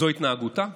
זו התנהגותה?